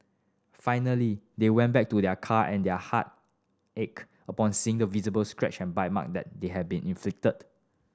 finally they went back to their car and their heart ached upon seeing the visible scratch and bite mark that they had been inflicted